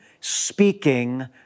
speaking